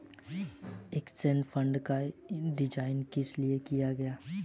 Index fund का design किस लिए किया गया है?